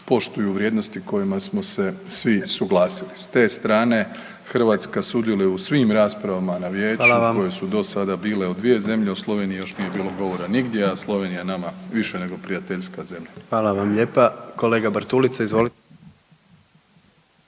poštuju vrijednosti kojima smo se svi suglasili. S te strane Hrvatska sudjeluje na svim raspravama na vijeću …/Upadica predsjednik: hvala vam./… koje su do sada bile u dvije zemlje u Sloveniji još nije bilo govora nigdje, a Slovenija je nama više nego prijateljska zemlja.